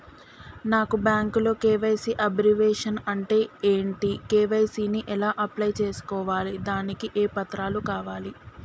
నాకు బ్యాంకులో KYC abbreviation అంటే ఏంటి కే.వై.సీ ని ఎలా అప్లై చేసుకోవాలి దానికి ఏ పత్రాలు కావాలి?